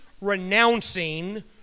renouncing